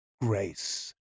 grace